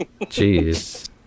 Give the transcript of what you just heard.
Jeez